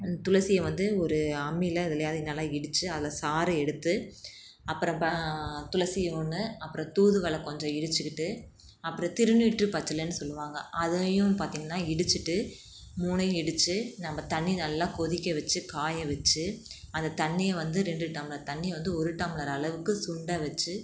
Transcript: அந்தத் துளசியை வந்து ஒரு அம்மியில் எதுலேயாது நல்லா இடித்து அதில் சாறை எடுத்து அப்புறம் ப துளசி ஒன்று அப்புறம் தூதுவளை கொஞ்சம் இடித்துக்கிட்டு அப்புறம் திருநீற்று பச்சைலன்னு சொல்லுவாங்க அதையும் பார்த்திங்கன்னா இடித்துட்டு மூணையும் இடித்து நம்ம தண்ணி நல்லா கொதிக்க வச்சு காய வச்சு அந்தத் தண்ணியை வந்து ரெண்டு டம்ளர் தண்ணி வந்து ஒரு டம்ளர் அளவுக்கு சுண்ட வச்சு